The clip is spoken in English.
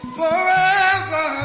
forever